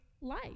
life